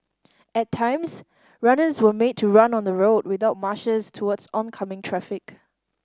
at times runners were made to run on the road without marshals towards oncoming traffic